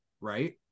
right